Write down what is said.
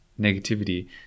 negativity